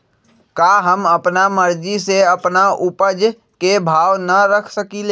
का हम अपना मर्जी से अपना उपज के भाव न रख सकींले?